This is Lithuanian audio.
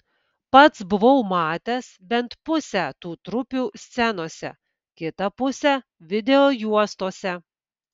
pats buvau matęs bent pusę tų trupių scenose kitą pusę videojuostose